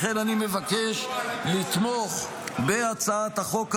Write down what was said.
לכן אני מבקש לתמוך בהצעת החוק הזאת,